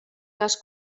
cas